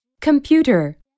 Computer